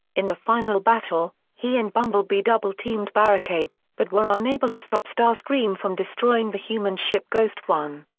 in the final battle, he and bumblebee double-teamed barricade, but were unable to stop starscream from destroying the human ship ghost one.